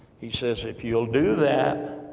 he says, if you'll do that